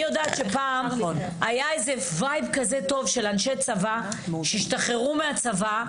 אני יודעת שפעם היה איזה וויב כזה טוב של אנשי צבא שהשתחררו מהצבא,